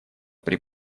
при